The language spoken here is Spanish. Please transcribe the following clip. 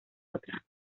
otra